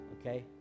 okay